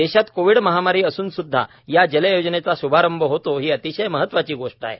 देशात कोविड महामारी असून सुद्धा या जलयोजनेचा शुभारंभ होतो ही अतिशय महत्वाची गोष्ट आहे